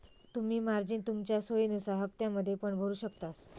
तुम्ही मार्जिन तुमच्या सोयीनुसार हप्त्त्यांमध्ये पण भरु शकतास